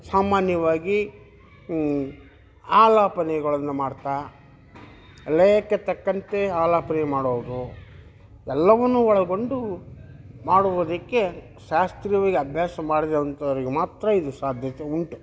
ಸಾಮಾನ್ಯವಾಗಿ ಆಲಾಪನೆಗಳನ್ನು ಮಾಡ್ತಾ ಲಯಕ್ಕೆ ತಕ್ಕಂತೆ ಆಲಾಪನೆ ಮಾಡುವುದು ಎಲ್ಲವನ್ನು ಒಳಗೊಂಡು ಮಾಡುವುದಕ್ಕೆ ಶಾಸ್ತ್ರೀಯವಾಗಿ ಅಭ್ಯಾಸ ಮಾಡಿದಂಥವರಿಗೆ ಮಾತ್ರ ಇದು ಸಾಧ್ಯತೆ ಉಂಟು